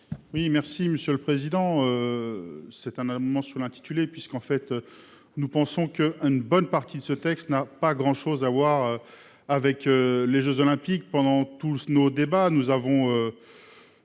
Oui, merci Monsieur le Président. C'est un amendement sur l'intitulé puisqu'en fait. Nous pensons que une bonne partie de ce texte n'a pas grand chose à voir avec les Jeux olympiques pendant tous nos débats nous avons.